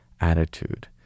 attitude